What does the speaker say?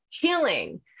killing